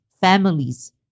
families